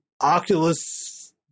Oculus